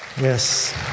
Yes